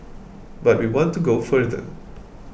but we want to go further